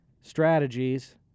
strategies